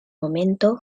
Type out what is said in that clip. momento